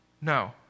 No